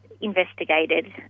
investigated